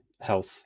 health